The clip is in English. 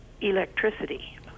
electricity